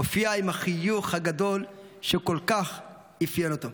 הופיע עם החיוך הגדול שכל כך אפיין אותו.